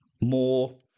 more